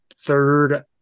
third